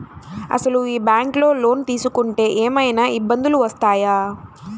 అసలు ఈ బ్యాంక్లో లోన్ తీసుకుంటే ఏమయినా ఇబ్బందులు వస్తాయా?